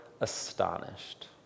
astonished